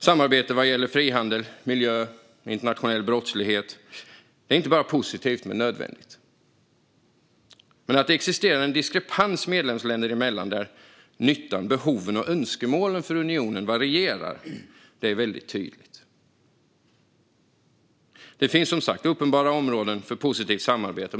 Samarbete vad gäller frihandel, miljö och internationell brottslighet är inte bara positivt utan också nödvändigt. Men att det existerar en diskrepans medlemsländer emellan där nyttan, behoven och önskemålen för unionen varierar är väldigt tydligt. Det finns som sagt uppenbara områden för positivt samarbete.